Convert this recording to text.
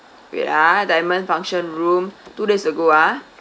wait uh diamond function room two days ago ah